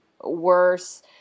worse